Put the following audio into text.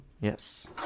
Yes